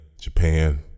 Japan